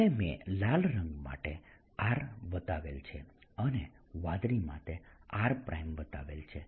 અને મેં લાલ રંગ માટે r બતાવેલ છે અને વાદળી માટે r' બતાવેલ છે